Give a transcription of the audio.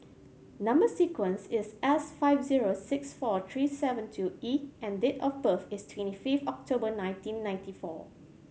number sequence is S five zero six four three seven two E and date of birth is twenty five October nineteen ninety four